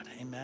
Amen